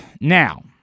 Now